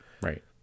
right